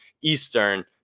Eastern